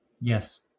Yes